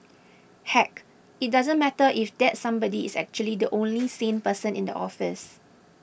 heck it doesn't matter if that somebody is actually the only sane person in the office